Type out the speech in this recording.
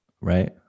right